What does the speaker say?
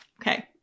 Okay